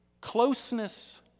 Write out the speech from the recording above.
Closeness